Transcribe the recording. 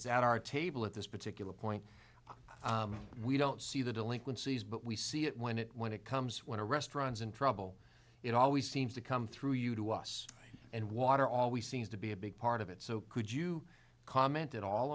it's at our table at this particular point we don't see the delinquencies but we see it when it when it comes when our restaurants in trouble it always seems to come through you to us and water always seems to be a big part of it so could you comment at all